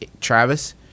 Travis